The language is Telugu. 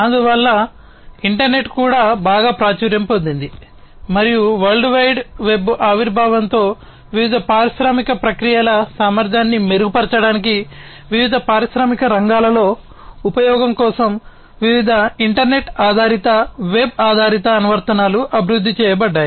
అందువల్ల ఇంటర్నెట్ కూడా బాగా ప్రాచుర్యం పొందింది మరియు వరల్డ్ వైడ్ వెబ్ ఆవిర్భావంతో వివిధ పారిశ్రామిక ప్రక్రియల సామర్థ్యాన్ని మెరుగుపరచడానికి వివిధ పారిశ్రామిక రంగాలలో ఉపయోగం కోసం వివిధ ఇంటర్నెట్ ఆధారిత లేదా వెబ్ ఆధారిత అనువర్తనాలు అభివృద్ధి చేయబడ్డాయి